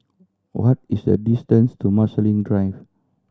what is the distance to Marsiling Drive